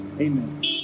Amen